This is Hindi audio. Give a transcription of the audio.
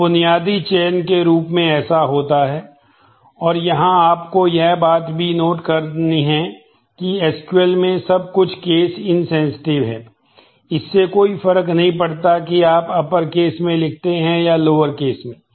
तो बुनियादी चयन के रूप में ऐसा होता है और यहां आप यह बात भी नोट कर सकते हैं कि SQL में सब कुछ केस इनसेंसेटिव में